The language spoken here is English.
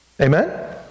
Amen